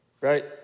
right